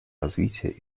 развитие